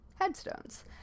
headstones